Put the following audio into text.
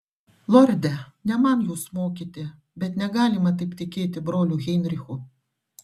lorde ne man jus mokyti bet negalima taip tikėti broliu heinrichu